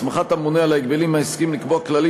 הסמכת הממונה על ההגבלים העסקיים לקבוע כללים